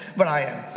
but i am.